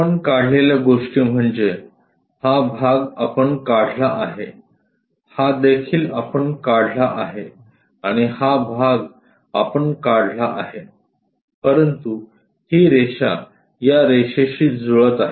आपण काढलेल्या गोष्टी म्हणजे हा भाग आपण काढला आहे हादेखील आपण काढला आहे आणि हा भाग आपण काढला आहे परंतु ही रेषा या रेषेशी जुळत आहे